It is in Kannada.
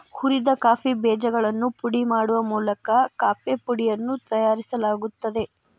ಹುರಿದ ಕಾಫಿ ಬೇಜಗಳನ್ನು ಪುಡಿ ಮಾಡುವ ಮೂಲಕ ಕಾಫೇಪುಡಿಯನ್ನು ತಯಾರಿಸಲಾಗುತ್ತದೆ